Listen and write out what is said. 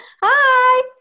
Hi